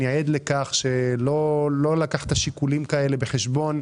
אני עד לכך שלא לקחת שיקולים כאלה בחשבון,